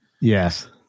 yes